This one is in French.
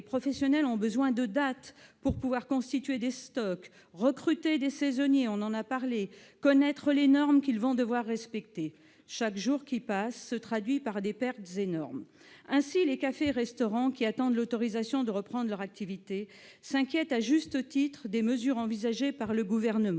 les professionnels ont d'ores et déjà besoin de dates, pour constituer des stocks, recruter des saisonniers et assimiler les normes qu'ils devront respecter. Chaque jour qui passe se traduit par des pertes énormes. Ainsi, les cafés et restaurants, qui attendent l'autorisation de reprendre leur activité, s'inquiètent à juste titre des mesures envisagées par le Gouvernement.